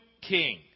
king